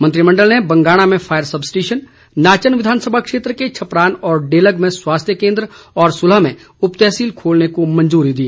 मंत्रिमंडल ने बंगाणा में फायर सब स्टेशन नाचन विधानसभा क्षेत्र के छपरान और डेलग में स्वास्थ्य केंद्र और सुलह में उपतहसील खोलने की मंजूरी भी दी